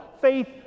Faith